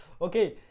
Okay